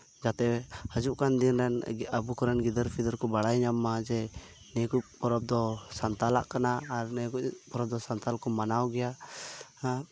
ᱡᱟᱛᱮ ᱦᱟ ᱡᱩᱜ ᱠᱟᱱ ᱫᱤᱱᱨᱮᱱ ᱟᱵᱚ ᱠᱚᱨᱮᱱ ᱜᱤᱫᱟᱹᱨᱼᱯᱤᱫᱟᱹᱨ ᱠᱚ ᱵᱟᱲᱟᱭ ᱧᱟᱢ ᱢᱟ ᱡᱮ ᱱᱤᱭᱟᱹᱠᱚ ᱯᱚᱨᱚᱵᱽ ᱫᱚ ᱥᱟᱱᱛᱟᱲᱟᱜ ᱠᱟᱱᱟ ᱟᱨ ᱟᱨ ᱱᱤᱭᱟᱹ ᱠᱚ ᱯᱚᱨᱚᱵᱽ ᱫᱚ ᱥᱟᱱᱛᱟᱲ ᱠᱚ ᱢᱟᱱᱟᱣ ᱜᱮᱭᱟ